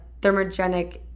thermogenic